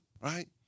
right